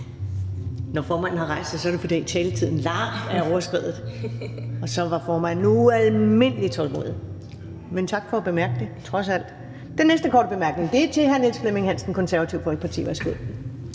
Når formanden har rejst sig, er det, fordi taletiden langt er overskredet, og så var formanden endda ualmindelig tålmodig. Men tak for at bemærke det, trods alt. Den næste korte bemærkning er fra hr. Niels Flemming Hansen, Det Konservative Folkeparti. Værsgo.